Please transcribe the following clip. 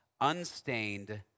unstained